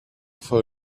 for